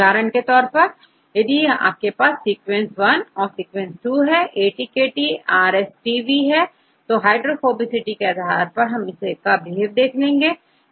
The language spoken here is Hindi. उदाहरण के तौर पर यदि आपके पास सीक्वेंस1 और सीक्वेंस2 हैATKT औरRSTV यह दोनों हाइड्रोफोबिसिटी के आधार पर बिहेव करते हैं